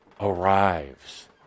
arrives